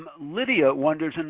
lydia wonders, and